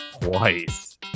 Twice